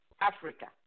Africa